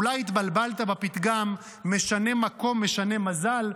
אולי התבלבלת בפתגם "משנה מקום, משנה מזל".